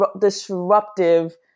disruptive